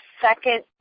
second